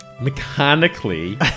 mechanically